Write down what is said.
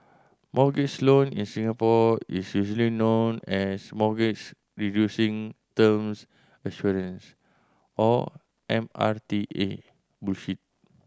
mortgage loan in Singapore is usually known as Mortgage Reducing Terms Assurance or M R T A